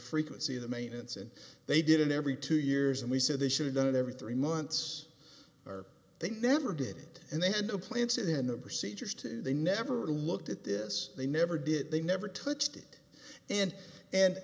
frequency of the maintenance and they did in every two years and we said they should have done it every three months or they never did and they had the plants in the procedures to they never looked at this they never did they never touched it and and